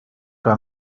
gar